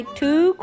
two